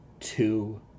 two